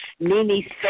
Mimi